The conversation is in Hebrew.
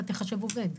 אתה תיחשב עובד.